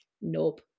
nope